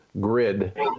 grid